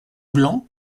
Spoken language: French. blanc